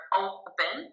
open